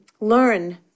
learn